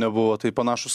nebuvo tai panašūs